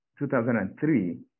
2003